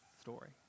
story